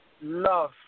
love